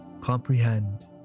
Comprehend